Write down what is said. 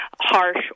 harsh